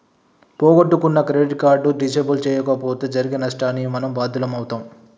పోగొట్టుకున్న credit card disable చేయించకపోతే జరిగే నష్టానికి మనమే బాధ్యులమవుతం